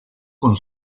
con